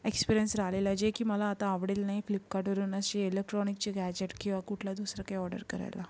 experience राहिलेला आहे जे की मला आता आवडेल नाही फ्लिपकार्टवरून अशी इलेक्ट्रॉनिकचे गॅजेट किंवा कुठलं दुसरं काही ऑर्डर करायला